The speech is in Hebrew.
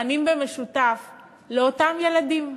במשותף לאותם ילדים.